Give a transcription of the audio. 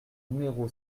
numéro